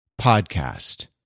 podcast